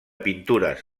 pintures